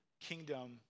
kingdom